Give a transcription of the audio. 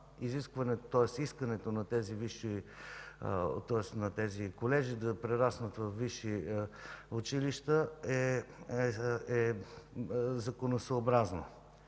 искането на тези колежи да прераснат във висши училища. То е законосъобразно.